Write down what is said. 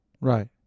Right